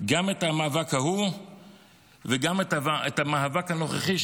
גם את המאבק ההוא וגם את המאבק הנוכחי,